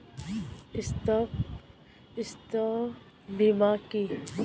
স্বাস্থ্য বীমা কি?